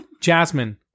Jasmine